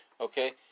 Okay